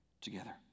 together